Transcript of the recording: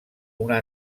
una